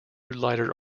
lighter